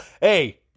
hey